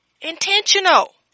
Intentional